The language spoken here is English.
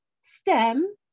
STEM